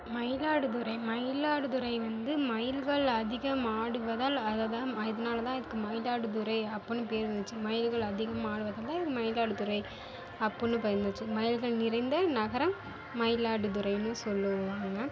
மயிலாடுதுறை மயிலாடுதுறை வந்து மயில்கள் அதிகம் ஆடுவதால் அதைதான் ம இதனால தான் இதுக்கு மயிலாடுதுறை அப்பிடின்னு பேரு வந்துச்சு மயில்கள் அதிகம் ஆடுவதால் தான் இது மயிலாடுதுறை அப்புடின்னு பெயர் வந்துச்சு மயில்கள் நிறைந்த நகரம் மயிலாடுதுறைனு சொல்லுவாங்க